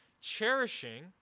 cherishing